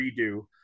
redo